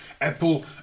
Apple